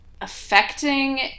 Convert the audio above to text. affecting